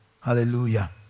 hallelujah